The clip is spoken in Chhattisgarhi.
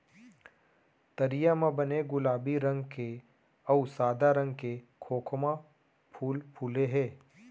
तरिया म बने गुलाबी रंग के अउ सादा रंग के खोखमा फूल फूले हे